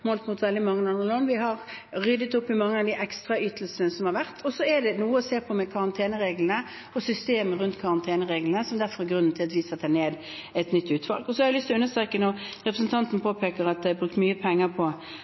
målt mot veldig mange andre land. Vi har ryddet opp i mange av de ekstraytelsene som har vært. Så er det litt å se på med karantenereglene og systemet rundt karantenereglene, som er grunnen til at vi setter ned et nytt utvalg. Representanten påpeker at det er brukt mye penger på at det har vært skifter i denne regjeringen. Jeg har lyst til å understreke